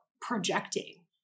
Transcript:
projecting